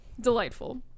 Delightful